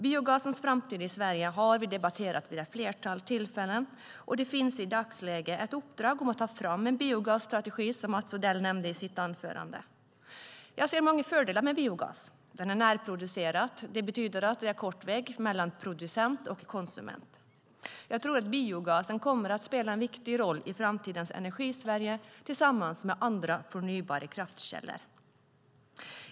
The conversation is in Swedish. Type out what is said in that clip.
Biogasens framtid i Sverige har vi debatterat vid ett flertal tillfällen, och det finns i dagsläget ett uppdrag att ta fram en biogasstrategi, vilket Mats Odell nämnde i sitt anförande. Jag ser många fördelar med biogas. Den är närproducerad, vilket betyder att det är kort väg mellan producent och konsument. Jag tror att biogasen kommer att spela en viktig roll i framtidens Energisverige, tillsammans med andra förnybara kraftkällor.